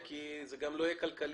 זה גם לא יהיה כלכלי.